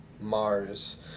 Mars